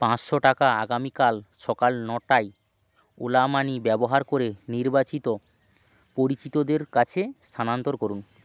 পাঁচশো টাকা আগামীকাল সকাল নটায় ওলা মানি ব্যবহার করে নির্বাচিত পরিচিতদের কাছে স্থানান্তর করুন